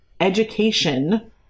education